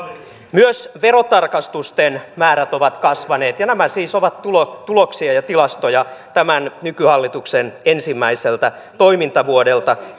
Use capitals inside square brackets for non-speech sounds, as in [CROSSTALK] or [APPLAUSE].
myös verotarkastusten määrät ovat kasvaneet ja nämä siis ovat tuloksia tuloksia ja tilastoja tämän nykyhallituksen ensimmäiseltä toimintavuodelta [UNINTELLIGIBLE]